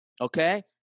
okay